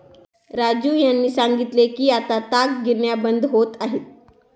राजीव यांनी सांगितले की आता ताग गिरण्या बंद होत आहेत